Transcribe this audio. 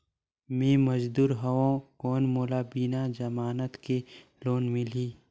मे मजदूर हवं कौन मोला बिना जमानत के लोन मिलही?